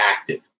active